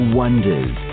wonders